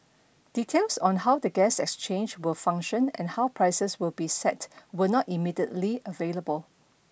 details on how the gas exchange will function and how prices will be set were not immediately available